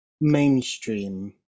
mainstream